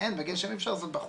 אז בגשם אי אפשר לעשות בחוץ.